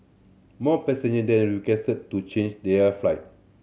more passenger then requested to change their flight